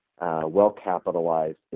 well-capitalized